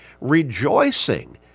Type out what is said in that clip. rejoicing